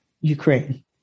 Ukraine